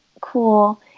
cool